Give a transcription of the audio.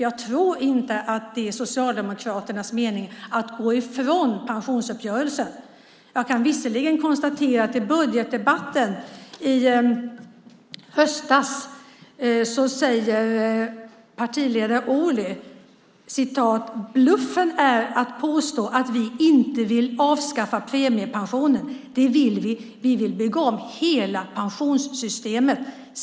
Jag tror nämligen inte att det är Socialdemokraternas mening att gå ifrån pensionsuppgörelsen. Jag kan visserligen konstatera att partiledare Ohly i budgetdebatten i höstas sade: Bluffen är att påstå att vi inte vill avskaffa premiepensionen. Det vill vi. Vi vill bygga om hela pensionssystemet.